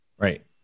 Right